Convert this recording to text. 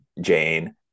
Jane